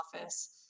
office